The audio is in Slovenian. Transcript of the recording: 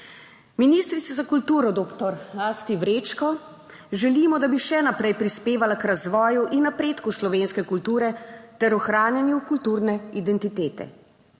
Ministrici za kulturo, doktor Asti Vrečko, želimo, da bi še naprej prispevala k razvoju in napredku slovenske kulture ter ohranjanju kulturne identitete.